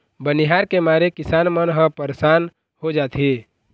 बनिहार के मारे किसान मन ह परसान हो जाथें